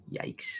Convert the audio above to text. Yikes